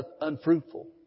unfruitful